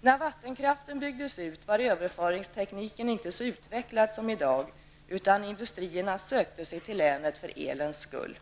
När vattenkraften byggdes ut var överföringstekniken inte så utvecklad som i dag, utan industrierna sökte sig till länet för elens skull.